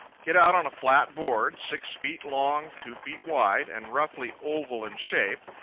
get out on a flat board, six feet long, two feet wide, and roughly oval in shape.